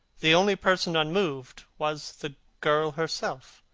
the only person unmoved was the girl herself.